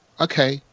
okay